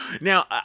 Now